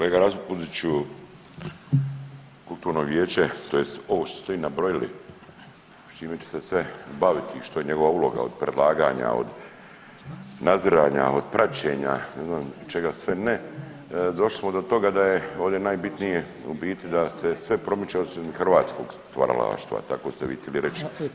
Kolega Raspudiću kulturno vijeće, tj. ovo što ste vi nabrojili, s čime će se baviti i što je njegova uloga od predlaganja, od nadziranja, od praćenja, ne znam čega sve ne došli smo do toga da je ovdje najbitnije u biti da se sve promiče osim hrvatskog stvaralaštva tako ste vi htjeli reći.